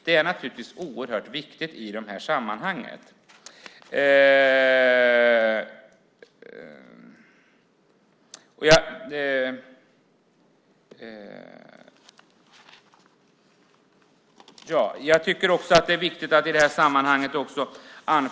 Det är givetvis viktigt i detta sammanhang.